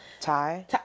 Thai